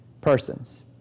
persons